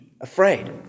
afraid